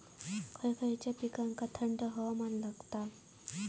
खय खयच्या पिकांका थंड हवामान लागतं?